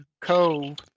Cove